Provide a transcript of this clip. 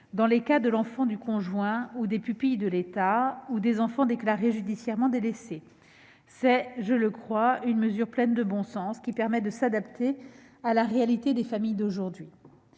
ans pour les enfants du conjoint, les pupilles de l'État ou des enfants déclarés judiciairement délaissés. C'est, je le crois, une mesure pleine de bon sens, qui permet de s'adapter à la réalité des familles d'aujourd'hui.